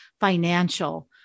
financial